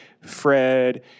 Fred